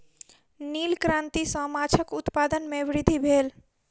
नील क्रांति सॅ माछक उत्पादन में वृद्धि भेल